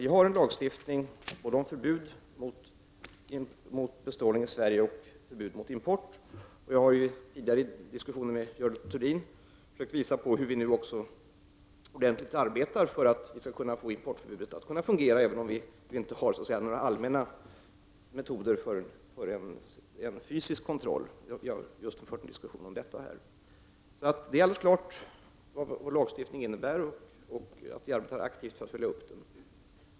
Vi har en lagstiftning mot bestrålning av livsmedel i Sverige och mot import av bestrålade livsmedel. Jag har tidigare i dag under frågedebatten med Görel Thurdin försökt visa på hur vi nu arbetar på att kunna få importförbu det att fungera, även om det inte finns några allmänna metoder för en fysisk kontroll. Det är alldeles klart vad vår lagstiftning innebär, och jag arbetar aktivt för att följa upp den.